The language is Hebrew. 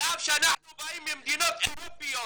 על אף שאנחנו באים ממדינות אירופיות.